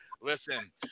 Listen